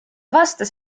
vastas